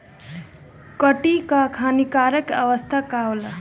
कीट क हानिकारक अवस्था का होला?